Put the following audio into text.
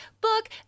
book